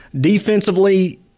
Defensively